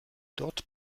dort